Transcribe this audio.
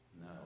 No